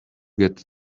get